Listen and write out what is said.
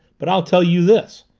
but i'll tell you this.